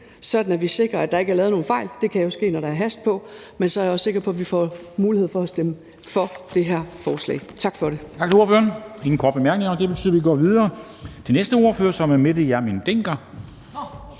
sådan at vi sikrer, at der ikke er lavet nogen fejl. Det kan jo ske, når der er fart på. Men så er jeg også sikker på, at vi får mulighed for at stemme for det her forslag. Tak for det.